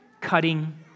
cutting